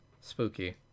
spooky